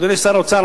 אדוני שר האוצר,